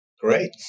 Great